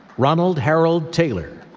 ronald harold taylor.